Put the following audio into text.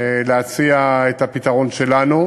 את הפתרון שלנו,